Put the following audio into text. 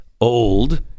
old